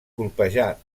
colpejar